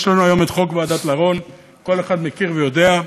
יש לנו היום את חוק ועדת לרון, כל אחד מכיר ויודע,